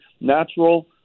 natural